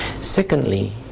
Secondly